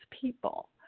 people